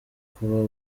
kuba